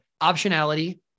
optionality